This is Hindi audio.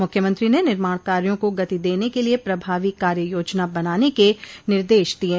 मुख्यमंत्री ने निर्माण कार्यो को गति देने के लिए प्रभावी कार्य योजना बनाने के निर्देश दिये